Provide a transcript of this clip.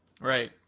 Right